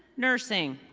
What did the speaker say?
nursing.